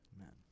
Amen